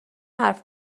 حرف